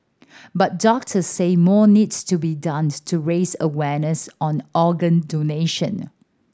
but doctors say more needs to be done to raise awareness on organ donation